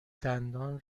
دندان